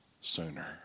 sooner